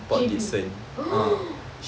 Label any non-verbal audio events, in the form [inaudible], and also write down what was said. J_B [noise]